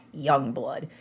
Youngblood